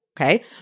Okay